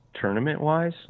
tournament-wise